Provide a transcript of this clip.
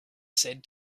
said